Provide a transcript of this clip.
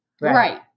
Right